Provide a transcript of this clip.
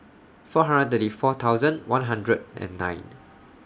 four hundred and thirty four thousand one hundred and nine